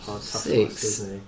six